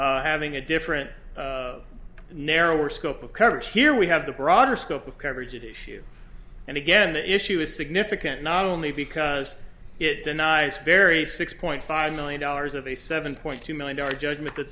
suppose having a different narrower scope of coverage here we have the broader scope of coverage issue and again the issue is significant not only because it denies barry six point five million dollars of a seven point two million dollars judgment that